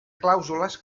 clàusules